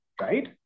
right